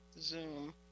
Zoom